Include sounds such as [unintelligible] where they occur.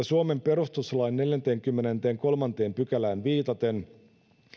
[unintelligible] suomen perustuslain neljänteenkymmenenteenkolmanteen pykälään viitaten